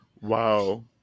Wow